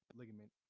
ligament